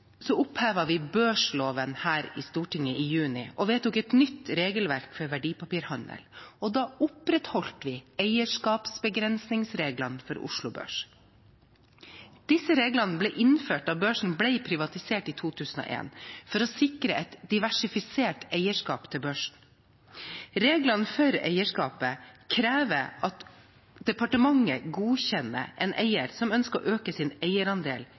vi børsloven her i Stortinget og vedtok et nytt regelverk for verdipapirhandel. Da opprettholdt vi eierskapsbegrensningsreglene for Oslo Børs. Disse reglene ble innført da børsen ble privatisert i 2001, for å sikre et diversifisert eierskap til børsen. Reglene for eierskapet krever at departementet godkjenner en eier som ønsker å øke sin eierandel